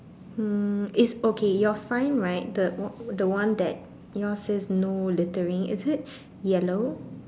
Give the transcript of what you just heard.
mm is okay your sign right the one the one that yours says no littering is it yellow